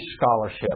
scholarship